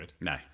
No